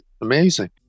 amazing